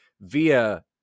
via